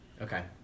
Okay